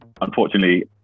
unfortunately